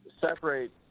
separate